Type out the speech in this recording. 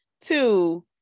Two